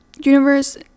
universe